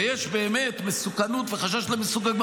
ויש באמת מסוכנות וחשש למסוכנות,